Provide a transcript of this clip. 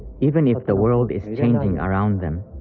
even if the world is changing around them.